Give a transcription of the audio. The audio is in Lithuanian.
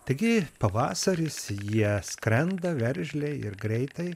taigi pavasaris jie skrenda veržliai ir greitai